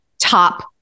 top